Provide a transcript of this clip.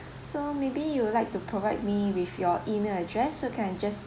so maybe you like to provide me with your email address so can I just